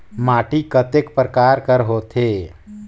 माटी कतेक परकार कर होथे?